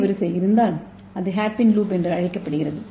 ஏ வரிசை இருந்தால் அது ஹேர்பின் லூப் என்று அழைக்கப்படுகிறது